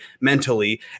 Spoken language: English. mentally